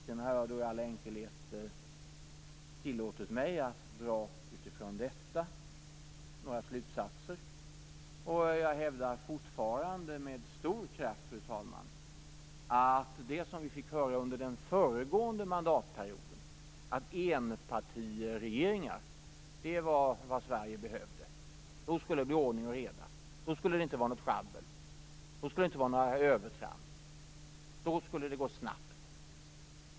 Sedan har jag i all enkelhet tillåtit mig att utifrån detta dra några slutsatser. Jag hävdar fortfarande med stor kraft, fru talman, min åsikt om det som vi fick höra under den föregående mandatperioden, alltså att enpartiregeringar var vad Sverige behövde. Då skulle det bli ordning och reda. Då skulle det inte vara något schabbel. Då skulle det inte vara några övertramp. Då skulle det gå snabbt.